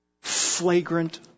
flagrant